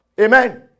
Amen